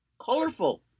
colorful